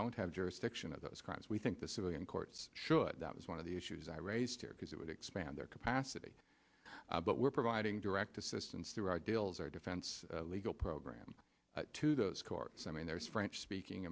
don't have jurisdiction of those crimes we think the civilian courts should that was one of the issues i raised here because it would expand their capacity but we're providing direct assistance through our deals our defense legal program to those courts i mean there's french speaking